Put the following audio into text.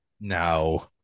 No